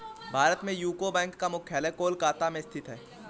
भारत में यूको बैंक का मुख्यालय कोलकाता में स्थित है